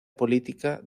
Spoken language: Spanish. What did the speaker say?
política